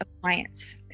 clients